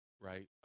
right